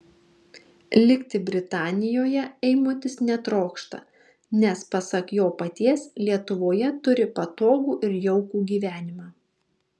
likti britanijoje eimutis netrokšta nes pasak jo paties lietuvoje turi patogų ir jaukų gyvenimą